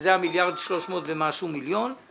שזה המיליארד שלוש מאות ומשהו מיליון.